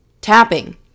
Tapping